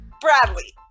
Bradley